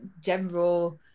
general